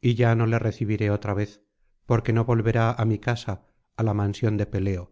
y ya no le recibiré otra vez porque no volverá á mi casa á la mansión de peleo